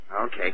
Okay